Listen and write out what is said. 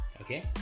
Okay